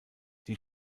die